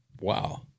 Wow